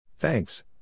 Thanks